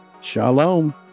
Shalom